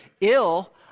ill